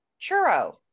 churro